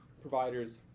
providers